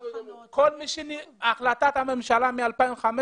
החלטת הממשלה מ-2015,